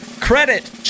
credit